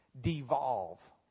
devolve